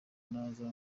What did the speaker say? naza